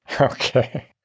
Okay